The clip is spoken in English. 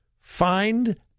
find